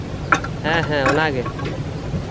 ᱦᱮᱸ ᱦᱮᱸ ᱚᱱᱟᱜᱮ